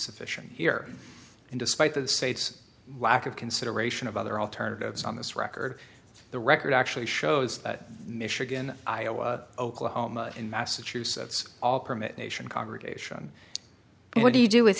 sufficient here and despite the state's lack of consideration of other alternatives on this record the record actually shows that michigan iowa oklahoma in massachusetts all permit nation congregation what do you do